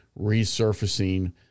resurfacing